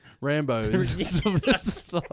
Rambo's